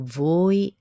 voi